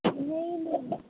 नेईं नेईं